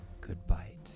goodbye